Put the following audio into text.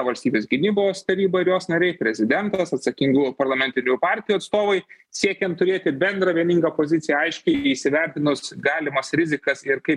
valstybės gynybos taryba ir jos nariai prezidentas atsakingų parlamentinių partijų atstovai siekiant turėti bendrą vieningą poziciją aiškiai įsivertinus galimas rizikas ir kai